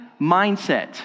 mindset